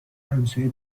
همسایه